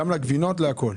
גם על גבינות ועל הכול?